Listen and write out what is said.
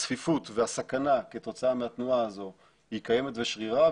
הצפיפות והסכנה כתוצאה מהתנועה הזו היא קיימת ושרירה,